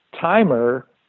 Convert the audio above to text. timer